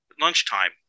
lunchtime